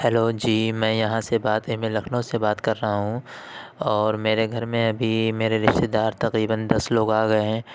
hello جی میں یہاں سے باتیں میں لکھنؤ سے کر رہا ہوں اور میرے گھر میں ابھی میرے رشتے دار تقریباً دس لوگ آ گئے ہیں